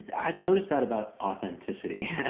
i've noticed that about authenticity.